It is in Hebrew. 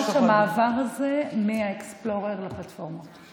זה ממש המעבר הזה מהאקספלורר לפלטפורמות.